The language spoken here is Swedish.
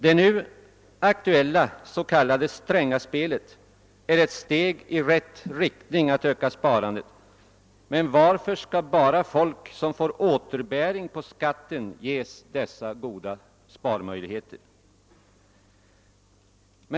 Det nu aktuella s.k. Strängaspelet är ett steg i rätt riktning när det gäller att öka sparandet. Men varför skall bara folk som får återbäring på skatten ges dessa goda sparmöjligheter?